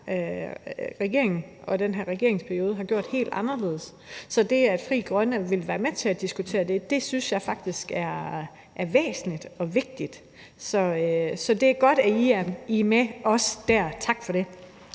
regering i den her regeringsperiode har gjort helt anderledes. Så det, at Frie Grønne vil være med til at diskutere det, synes jeg faktisk er væsentligt og vigtigt. Så det er godt, at I er med også der, tak for det.